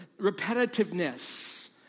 Repetitiveness